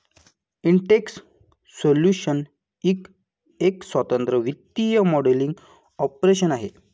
Intex solutions Inc एक स्वतंत्र वित्तीय मॉडेलिंग कॉर्पोरेशन आहे